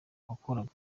wahoraga